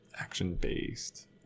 action-based